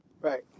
Right